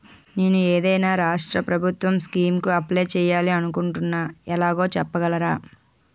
నేను ఏదైనా రాష్ట్రం ప్రభుత్వం స్కీం కు అప్లై చేయాలి అనుకుంటున్నా ఎలాగో చెప్పగలరా?